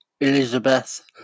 Elizabeth